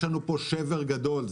יש פה שבר גדול.